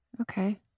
Okay